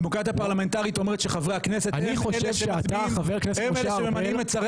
דמוקרטיה פרלמנטרית אומרת שחברי הכנסת הם אלה שממנים את שרי